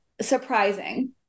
surprising